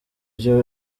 ivyo